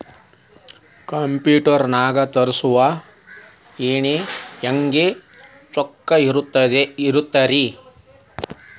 Computer ನಾಗ ತರುಸುವ ಎಣ್ಣಿ ಹೆಂಗ್ ಚೊಕ್ಕ ಇರತ್ತ ರಿ?